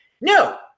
No